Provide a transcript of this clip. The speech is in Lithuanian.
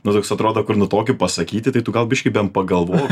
nu toks atrodo kur nu tokį pasakyti tai tu gal biškį bent pagalvok